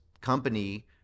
company